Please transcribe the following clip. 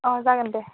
औ जागोन दे